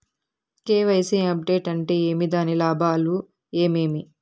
KYC update అంటే ఏమి? దాని లాభాలు ఏమేమి?